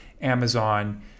Amazon